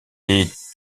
est